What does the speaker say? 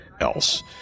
else